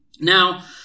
Now